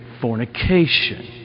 fornication